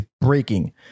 breaking